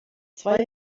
zwei